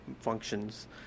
functions